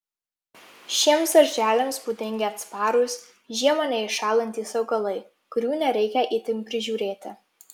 šiems darželiams būdingi atsparūs žiemą neiššąlantys augalai kurių nereikia itin prižiūrėti